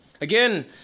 again